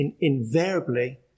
Invariably